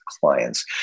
clients